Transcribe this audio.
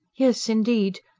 yes, indeed.